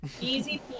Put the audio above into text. Easy